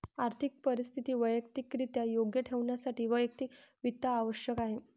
आर्थिक परिस्थिती वैयक्तिकरित्या योग्य ठेवण्यासाठी वैयक्तिक वित्त आवश्यक आहे